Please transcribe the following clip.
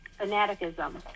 fanaticism